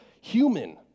human